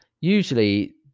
usually